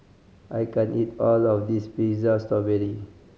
I can't eat all of this pizza strawberry